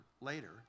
later